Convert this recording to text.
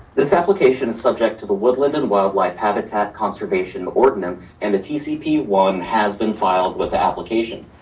this application is subject to the woodland and wildlife habitat conservation ordinance and the tcp one has been filed with the application.